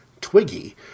Twiggy